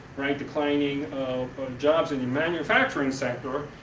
declining of jobs in the manufacturing sector,